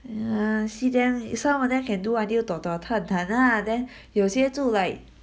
!aiya! see them some of them can do until lah then 有些就 like